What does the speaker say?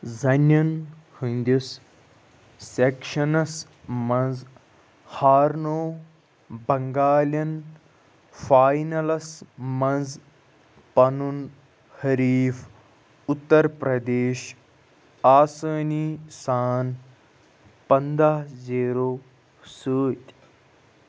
زَنیٚن ہٕنٛدِس سٮ۪کشَنَس منٛز ہارنو بنگالیٚن فاینَلَس منٛز پَنُن حریٖف اُترپردیش آسٲنی سان پَنٛداہ زیٖرَو سۭتۍ